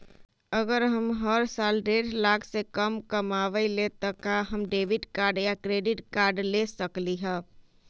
अगर हम हर साल डेढ़ लाख से कम कमावईले त का हम डेबिट कार्ड या क्रेडिट कार्ड ले सकली ह?